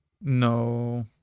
No